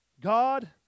God